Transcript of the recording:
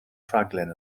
rhaglen